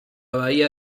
bahía